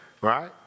Right